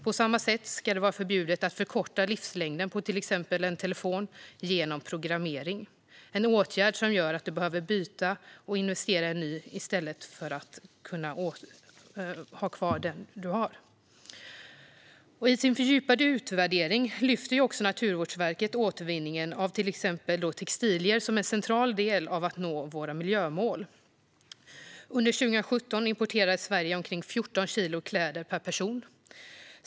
På samma sätt ska det vara förbjudet att förkorta livslängden på till exempel en telefon genom programmering, en åtgärd som gör att du behöver investera i en ny telefon i stället för att ha kvar din gamla. I sin fördjupade utvärdering lyfter Naturvårdsverket återvinningen av exempelvis textilier som en central del i att nå miljömålen. Under 2017 importerade Sverige omkring 14 kilo kläder per person.